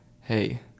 hey